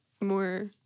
more